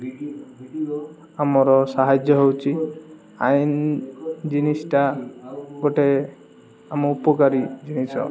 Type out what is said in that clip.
ଆମର ସାହାଯ୍ୟ ହେଉଛି ଆଇନ ଜିନିଷଟା ଗୋଟେ ଆମ ଉପକାରୀ ଜିନିଷ